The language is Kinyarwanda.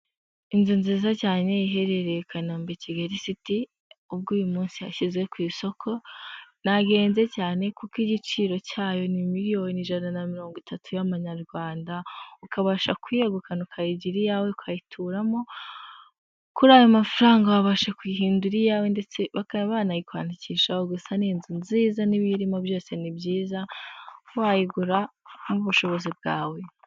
Inzu nziza cyane iherereye Kanombe i Kigali City, ubwo uyu munsi yashyize ku isoko, ntabwo ihenze cyane, kuko igiciro cyayo ni miliyoni ijana na mirongo itatu y'amanyarwanda, ukabasha kuyegukana ukayigira iyawe ukayituramo kuri aya mafaranga wabasha kuyihindura iyawe ndetse bakaba banayikwandikisha gusa ni inzu nziza n'ibiyirimo byose, ni byiza wayigura mu bushobozi bwawe.